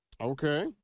okay